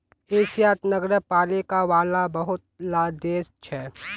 एशियात नगरपालिका वाला बहुत ला देश छे